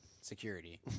security